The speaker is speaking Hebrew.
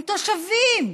הם תושבים,